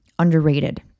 underrated